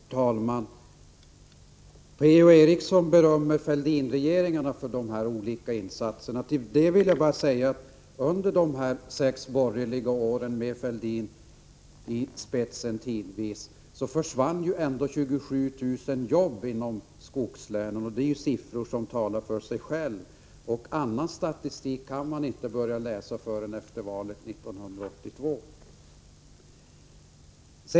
Herr talman! P.-O. Eriksson berömmer Fälldinregeringarna för de olika insatserna. Till det vill jag bara säga att under de sex borgerliga åren, tidvis med Fälldin i spetsen, försvann ändå 27 000 jobb i skogslänen. Det är siffror som talar för sig själva. Någon annan statistik kan man inte börja avläsa förrän efter valet 1982.